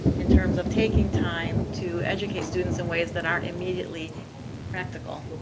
in terms of taking time to educate students in ways that aren't immediately practical.